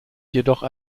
jedoch